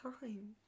time